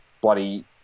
bloody